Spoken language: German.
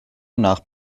nach